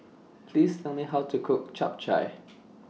Please Tell Me How to Cook Chap Chai